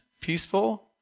peaceful